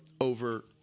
over